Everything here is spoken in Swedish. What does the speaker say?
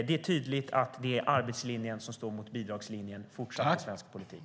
Det är tydligt att det är arbetslinjen som fortsatt står mot bidragslinjen i svensk politik.